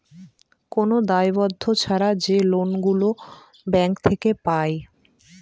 কোন দায়বদ্ধ ছাড়া যে লোন গুলো ব্যাঙ্ক থেকে পায়